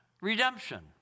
redemption